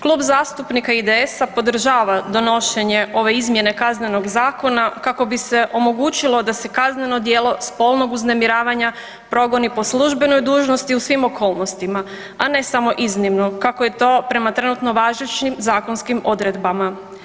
Klub zastupnika IDS-a podržava donošenje ove izmjene Kaznenog zakona kako bi se omogućilo da se kazneno djelo spolnog uznemiravanja progoni po službenoj dužnosti u svim okolnostima, a ne samo iznimno, kako je to prema važećim zakonskim odredbama.